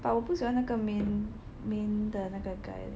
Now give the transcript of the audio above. but 我不喜欢那个 main main 的那个 guy leh